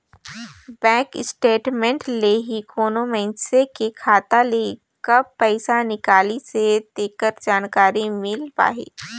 bank statement ले ही कोनो मइनसे के खाता ले कब पइसा निकलिसे तेखर जानकारी मिल पाही